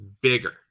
bigger